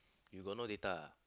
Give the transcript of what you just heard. you got no data ah